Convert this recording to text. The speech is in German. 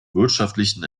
wirtschaftlichen